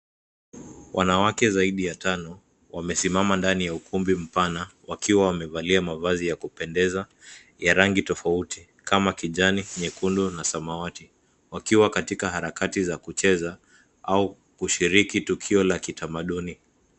Wanawake zaidi ya tano wamesimama ndani ya ukumbi mpana wakiwa wamevalia mavazi ya kupendeza ya rangi tofauti kama kijani, nyekundu na samawati, wakiwa katika harakati za kucheza au kushiriki tukio la kitamaduni.